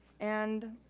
and